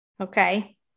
Okay